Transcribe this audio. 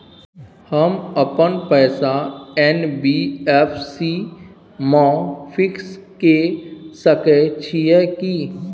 हम अपन पैसा एन.बी.एफ.सी म फिक्स के सके छियै की?